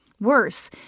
Worse